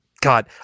God